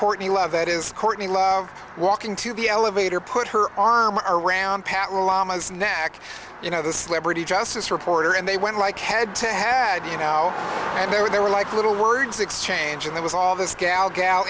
courtney love that is courtney love walking to the elevator put her arm around pat lalama snack you know the celebrity justice reporter and they went like head to head you know and they were they were like little words exchange and that was all this gal gal